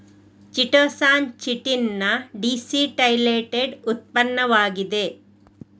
chitosan chitin ನ deacetylated ಉತ್ಪನ್ನವಾಗಿದೆ